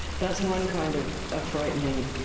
that's one kind of a frightening